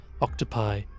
octopi